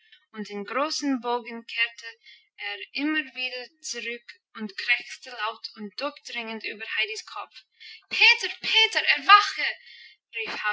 und in großen bogen kehrte er immer wieder zurück und krächzte laut und durchdringend über heidis kopf peter peter erwache